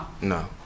No